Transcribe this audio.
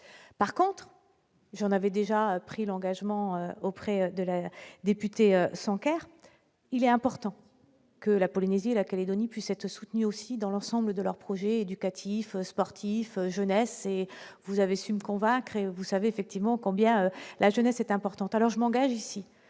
par contre j'en avait déjà pris l'engagement auprès de la députée Sanquer, il est important que la Polynésie la Calédonie puisse être soutenue aussi dans l'ensemble de leurs projets éducatifs, sportifs et vous avez su me convaincre vous savez effectivement combien la jeunesse est importante, alors je m'engage ici